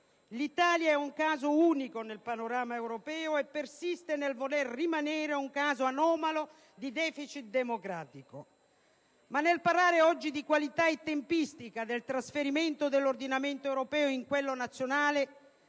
L'Italia è un caso unico nel panorama europeo e persiste nel voler rimanere un caso anomalo di deficit democratico. Tuttavia, nel parlare oggi di qualità e tempistica del trasferimento dell'ordinamento europeo in quello nazionale